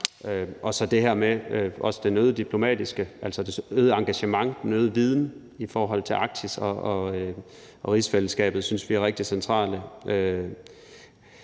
være helt centralt, og øget diplomatisk engagement og viden i forhold til Arktis og rigsfællesskabet synes vi er rigtig centralt.